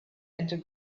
into